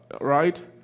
Right